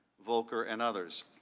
volker and others.